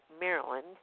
Maryland